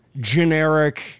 generic